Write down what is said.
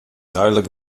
duidelijk